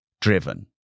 driven